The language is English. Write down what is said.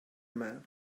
man